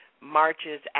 marches